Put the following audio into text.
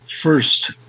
First